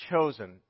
chosen